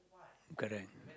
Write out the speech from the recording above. current